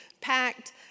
packed